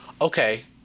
Okay